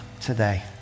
today